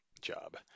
job